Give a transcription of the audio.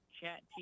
chat